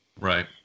Right